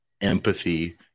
empathy